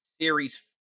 series